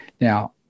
Now